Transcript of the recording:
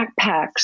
backpacks